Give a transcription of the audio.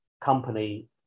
company